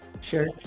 sure